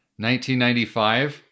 1995